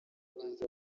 byiza